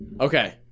Okay